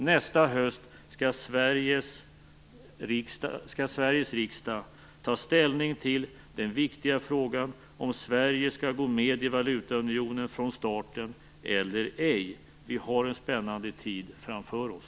Nästa höst skall Sveriges riksdag ta ställning till den viktiga frågan om Sverige skall gå med i valutaunionen starten eller ej. Vi har en spännande tid framför oss.